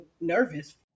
nervous